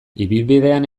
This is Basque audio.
ibilbidean